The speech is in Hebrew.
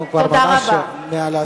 אדוני היושב-ראש, גברתי, אנחנו כבר מעל לזמן.